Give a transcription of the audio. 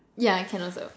yeah can also